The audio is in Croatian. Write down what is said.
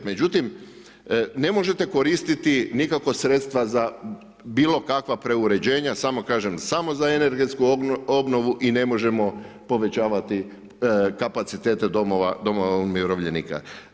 Međutim, ne možete koristiti nikako sredstva za bilo kakva preuređenja, samo kažem samo za energetsku obnovu i ne možemo povećavati kapacitete domova umirovljenika.